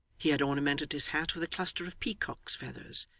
he had ornamented his hat with a cluster of peacock's feathers,